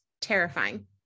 terrifying